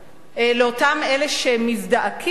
לאותם אלה שמזדעקים,